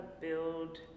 build